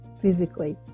physically